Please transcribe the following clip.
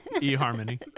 e-harmony